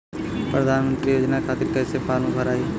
प्रधानमंत्री योजना खातिर कैसे फार्म भराई?